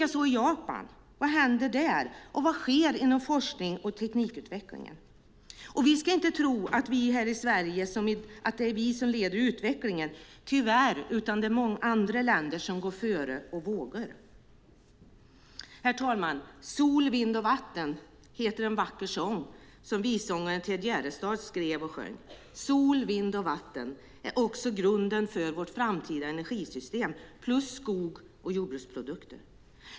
Vad händer i Japan inom forskning och teknikutveckling? Vi ska inte tro att vi här i Sverige leder utvecklingen. Tyvärr är det inte så, utan det är många andra länder som går före och vågar. Herr talman! Sol, vind och vatten heter en vacker sång som vissångaren Ted Gärdestad skrev och sjöng. Sol, vind och vatten är också grunden för vårt framtida energisystem plus skog och jordbruksprodukter.